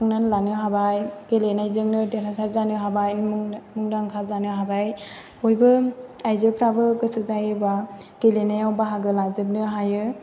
सुफुंनानै लानो हाबाय गेलेनायजोंनो देरहासाथ जानो हाबाय मुंदांखा जानो हाबाय बयबो आइजोफ्राबो गोसो जायोब्ला गेलेनायाव बाहागो लाजोबनो हायो